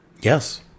Yes